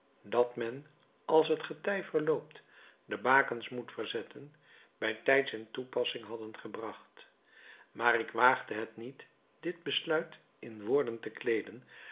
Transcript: dat men als het getij verloopt de bakens moet verzetten bij tijds in toepassing hadden gebracht maar ik waagde het niet dit besluit in woorden te kleeden